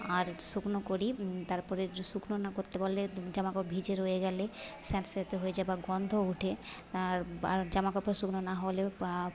আর শুকনো করি তারপরে শুকনো না করতে পারলে জামাকাপড় ভিজে রয়ে গেলে স্যাঁতস্যাঁতে হয়ে যায় বা গন্ধ ওঠে আর আর জামাকাপড় শুকনো না হলে বা